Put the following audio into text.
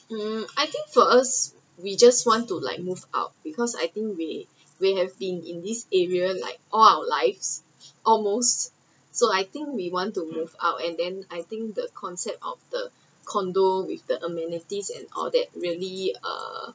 um I think for us we just want to like move out because I think we we have been in this area like all our lives almost so I think we want to move out and then I think the concept of the condo with the amenities and all that really uh